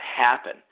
happen